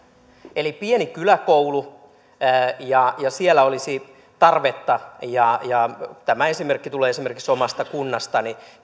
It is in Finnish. eli on pieni kyläkoulu ja siellä olisi tarvetta ja ja tämä esimerkki tulee omasta kunnastani